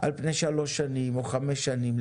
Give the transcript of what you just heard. על פני 3-5 שנים,